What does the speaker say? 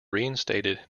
reinstated